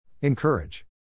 Encourage